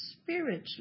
spiritually